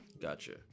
Gotcha